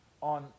on